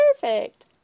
perfect